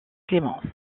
clémence